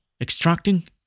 extracting